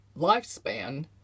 lifespan